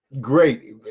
great